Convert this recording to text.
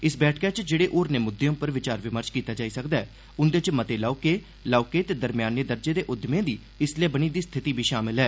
इस बैठक च जेहड़े होरनें म्द्रदे उपार विचार विमर्श कीता जाई सकदा ऐ उंदे च मते लौहके लौहके ते दरम्याने दर्जे दे उदयमें दी इसलै बनी दी स्थिति बी शामिल ऐ